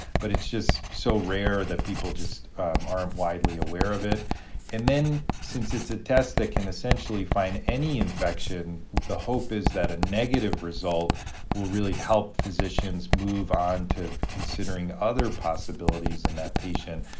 but it's just so rare that people just aren't widely aware of it and then, since it's a test that can essentially find any infection, the hope is that a negative result will really help physicians move on to considering other possibilities in that patient,